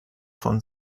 von